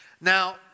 Now